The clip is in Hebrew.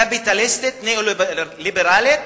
קפיטליסטית, ליברלית.